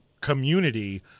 community